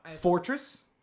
Fortress